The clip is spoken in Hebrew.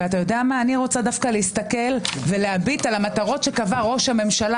ואני רוצה דווקא להסתכל על המטרות שקבע ראש הממשלה